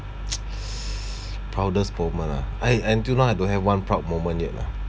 proudest moment ah I until now I don't have one proud moment yet lah